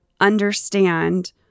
understand